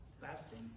fasting